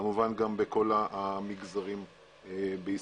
כמובן גם בכל הגזרים בישראל.